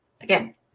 again